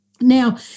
Now